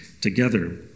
together